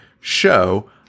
show